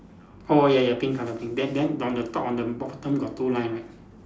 orh ya ya pink colour pink then then on the top on the bottom got two line right